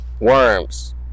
worms